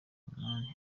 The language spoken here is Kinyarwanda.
umunani